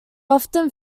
often